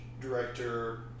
director